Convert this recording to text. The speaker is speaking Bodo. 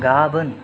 गाबोन